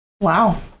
Wow